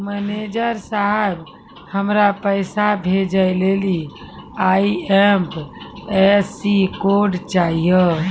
manager साहब, हमरा पैसा भेजै लेली आई.एफ.एस.सी कोड चाहियो